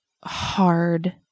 hard